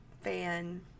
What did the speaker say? fan